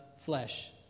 flesh